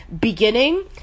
beginning